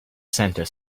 center